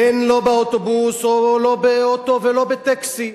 לא באוטובוס ולא באוטו ולא בטקסי.